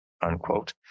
unquote